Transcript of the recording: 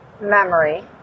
memory